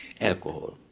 Alcohol